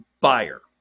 buyer